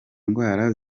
ndwara